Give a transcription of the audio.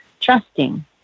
trusting